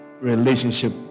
relationship